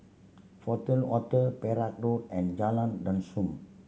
Fortuna Hotel Perak Road and Jalan Dusun